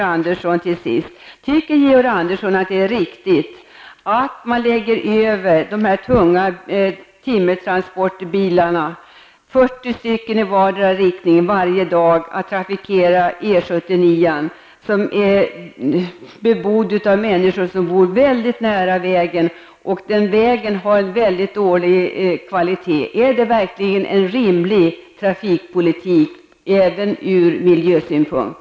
Jag vill till sist fråga: Tycker Georg Andersson att det är riktigt att man låter 40 tunga timmertransportbilar varje dag trafikera väg E 49 i vardera riktning? Det bor väldigt många människor mycket nära den vägen, som dessutom är av dålig kvalitet. Är det verkligen en rimlig trafikpolitik, bl.a. ur miljösynpunkt?